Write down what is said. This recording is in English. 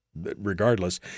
regardless